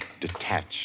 detached